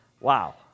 wow